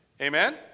amen